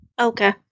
Okay